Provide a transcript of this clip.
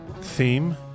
theme